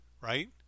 right